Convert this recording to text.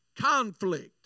conflict